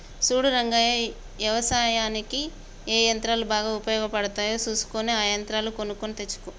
సూడు రంగయ్య యవసాయనిక్ ఏ యంత్రాలు బాగా ఉపయోగపడుతాయో సూసుకొని ఆ యంత్రాలు కొనుక్కొని తెచ్చుకో